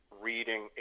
reading